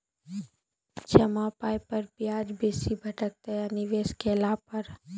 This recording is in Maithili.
जमा पाय पर ब्याज बेसी भेटतै या निवेश केला पर?